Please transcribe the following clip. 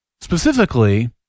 Specifically